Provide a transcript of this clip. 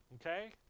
Okay